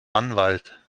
anwalt